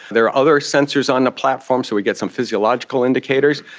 there are other sensors on the platform, so we get some physiological indicators.